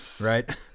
right